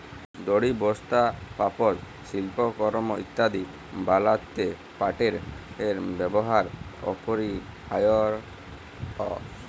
দড়ি, বস্তা, পাপস, সিল্পকরমঅ ইত্যাদি বনাত্যে পাটের ব্যেবহার অপরিহারয অ